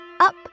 up